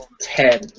ten